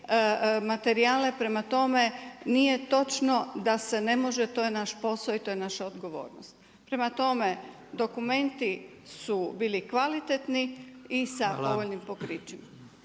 materijale. Prema tome, nije točno da se ne može, to je naš posao i to je naša odgovornost. Prema tome, dokumenti su bili kvalitetni i sa povoljnim pokrićima.